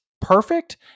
perfect